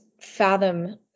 fathom –